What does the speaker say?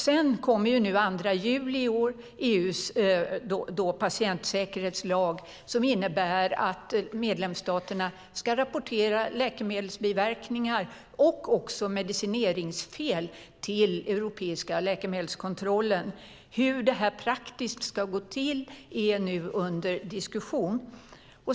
Den 2 juli i år kommer EU:s patientsäkerhetslag som innebär att medlemsstaterna ska rapportera läkemedelsbiverkningar och också medicineringsfel till den europeiska läkemedelskontrollen. Hur det här praktiskt ska gå till är nu under diskussion.